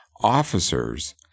officers